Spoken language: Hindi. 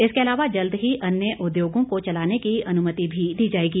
इसके अलावा जल्द ही अन्य उद्योगों को चलाने की अनुमति भी दी जाएगी